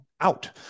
out